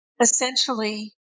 essentially